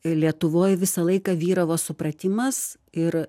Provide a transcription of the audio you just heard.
lietuvoj visą laiką vyravo supratimas ir